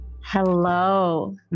Hello